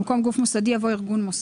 במקום "גוף מוסדי" יבוא "ארגון מוסדי".